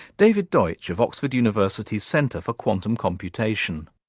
david deutsch, of oxford university's centre for quantum computation.